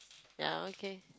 ya okay